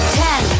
ten